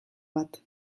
bat